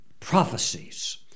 Prophecies